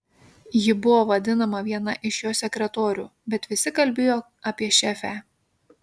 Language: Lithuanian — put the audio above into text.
ji buvo vadinama viena iš jo sekretorių bet visi kalbėjo apie šefę